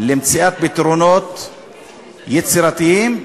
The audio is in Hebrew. למציאת פתרונות יצירתיים,